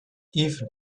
even